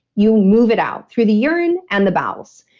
you move it out through the urine and the bowels.